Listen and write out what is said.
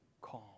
calm